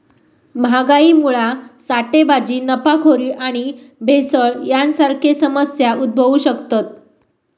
महागाईमुळा साठेबाजी, नफाखोरी आणि भेसळ यांसारखे समस्या उद्भवु शकतत